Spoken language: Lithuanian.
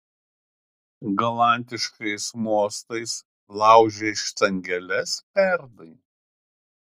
galantiškais mostais laužei štangeles pernai